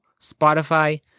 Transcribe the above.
Spotify